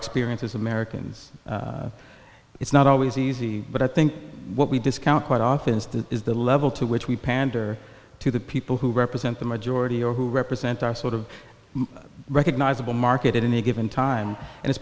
experience as americans it's not always easy but i think what we discount quite often is the level to which we pander to the people who represent the majority or who represent our sort of recognizable market at any given time and it's